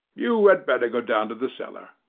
you had better go down to the cellar.